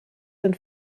den